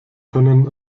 können